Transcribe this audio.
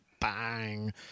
bang